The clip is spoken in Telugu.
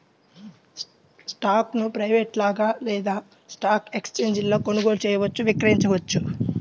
స్టాక్ను ప్రైవేట్గా లేదా స్టాక్ ఎక్స్ఛేంజీలలో కొనుగోలు చేయవచ్చు, విక్రయించవచ్చు